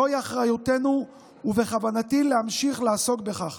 זוהי אחריותנו, ובכוונתי להמשיך לעסוק בכך.